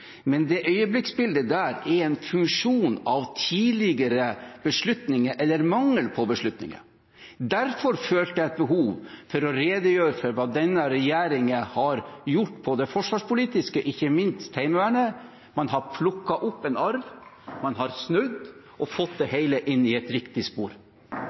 men det øyeblikksbildet er en funksjon av tidligere beslutninger – eller mangel på beslutninger. Derfor følte jeg et behov for å redegjøre for hva denne regjeringen har gjort på det forsvarspolitiske området, ikke minst Heimevernet. Man har plukket opp en arv, man har snudd og fått det hele inn i et riktig spor.